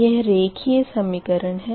यह रेखिए समीकरण है